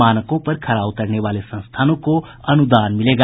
मानकों पर खरा उतरने वाले संस्थानों को अनुदान मिलेगा